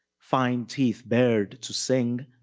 fine teeth bared to sing.